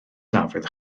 dafydd